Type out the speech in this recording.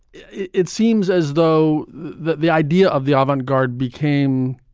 it it seems as though the the idea of the avant garde became.